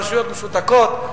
הרשויות משותקות,